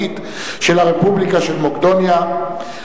במידה שהמנהרה מתחת למחלף הראל תיחסם,